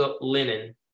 linen